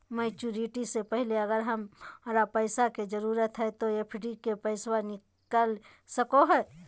Maturity से पहले अगर हमरा पैसा के जरूरत है तो एफडी के पैसा निकल सको है?